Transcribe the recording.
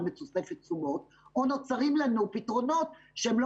בתוספת תשומות או נוצרים לנו פתרונות שהם לא